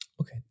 Okay